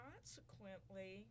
Consequently